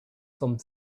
some